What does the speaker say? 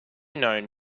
known